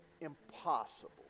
impossible